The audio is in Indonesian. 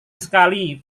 sekali